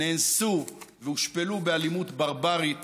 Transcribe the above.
נאנסו והושפלו באלימות ברברית